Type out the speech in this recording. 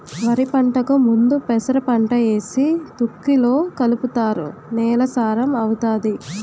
వరిపంటకు ముందు పెసరపంట ఏసి దుక్కిలో కలుపుతారు నేల సారం అవుతాది